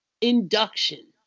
induction